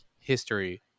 history